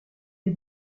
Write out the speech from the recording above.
des